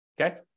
Okay